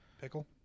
pickle